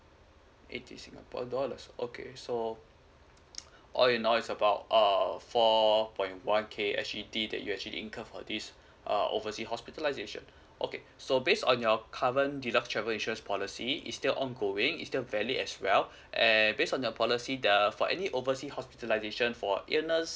eighty singapore dollars okay so all in all it's about err four point one K S_G_D that you actually incur for this uh oversea hospitalization okay so based on your current deluxe travel insurance policy is still ongoing is still valid as well and based on the policy the uh for any oversea hospitalization for illness